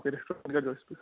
آپ کے ریسٹورینٹ کا جو اسپیشل